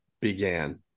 began